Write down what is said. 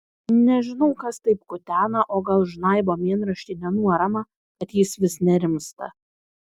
nežinau kas taip kutena o gal žnaibo mėnraštį nenuoramą kad jis vis nerimsta